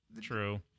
True